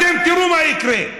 אתם תראו מה יקרה.